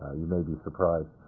you may be surprised.